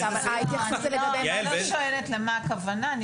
אני לא שואלת למה הכוונה.